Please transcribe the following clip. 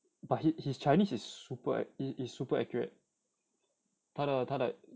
but he he's chinese is super it is super accurate 他的他的